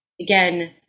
again